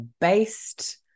based